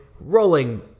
rolling